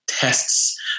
Tests